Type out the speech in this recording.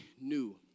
new